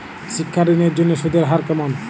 শিক্ষা ঋণ এর জন্য সুদের হার কেমন?